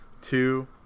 two